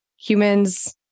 humans